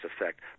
effect